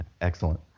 Excellent